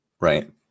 right